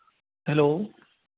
hello